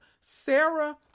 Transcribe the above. Sarah